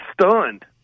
stunned